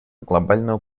глобальную